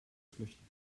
flüchten